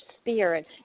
spirit